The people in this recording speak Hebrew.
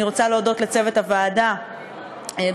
אני רוצה להודות לצוות ועדת העבודה,